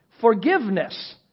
forgiveness